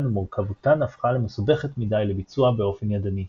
ומורכבותן הפכה למסובכת מדי לביצוע באופן ידני,